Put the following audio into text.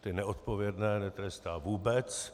Ty neodpovědné netrestá vůbec.